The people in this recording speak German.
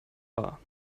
war